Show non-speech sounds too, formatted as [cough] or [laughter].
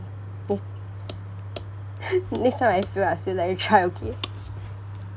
[laughs] next time I fail I'll still let you [laughs] try okay